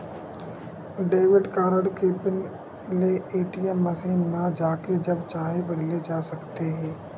debit card के pin ल ATM machine म जाके जब चाहे बदले जा सकत हे